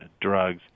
drugs